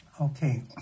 Okay